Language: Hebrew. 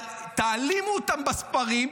תעלימו אותם בספרים,